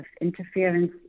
interference